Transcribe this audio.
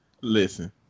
Listen